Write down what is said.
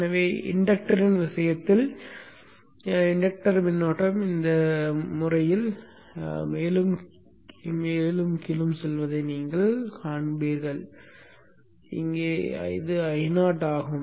எனவே இண்டக்டரின் விஷயத்தில் இன்டக்டர்கள் மின்னோட்டம் இந்த பாணியில் மேலும் கீழும் செல்வதை நீங்கள் காண்கிறீர்கள் இங்கே Io ஆகும்